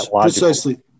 precisely